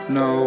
no